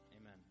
Amen